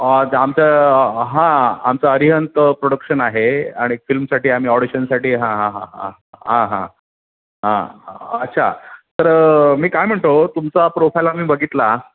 आमचं हां आमचं अरिहंत प्रोडक्शन आहे आणि फिल्मसाठी आम्ही ऑडिशनसाठी हां हां हां हां हां हां हां अच्छा तर मी काय म्हणतो तुमचा प्रोफाल आम्ही बघितला